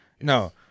No